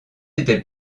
était